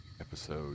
episode